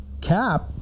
Cap